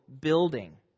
building